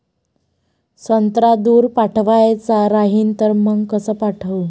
संत्रा दूर पाठवायचा राहिन तर मंग कस पाठवू?